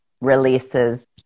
releases